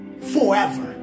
forever